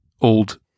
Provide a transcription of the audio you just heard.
old